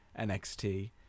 NXT